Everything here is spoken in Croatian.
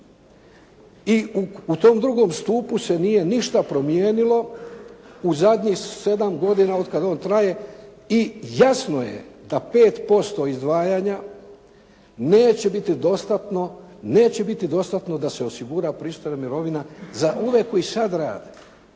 i u tom drugom stupu se nije ništa promijenilo u zadnjih 7 godina od kada on traje i jasno je da 5% izdvajanja neće biti dostatno da se osigura pristojna mirovina za ove koji sad rade.